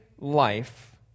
life